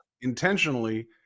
intentionally